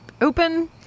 open